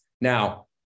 Now